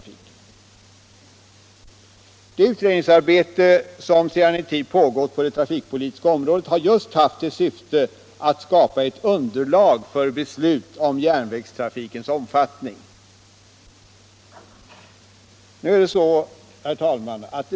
Det utredningsarbete som sedan en tid pågått på det trafikpolitiska området har just haft till syfte att skapa ett underlag för beslut om järnvägstrafikens omfattning.